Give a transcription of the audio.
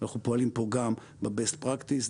אנחנו פועלים פה גם בבסט פרקטיס.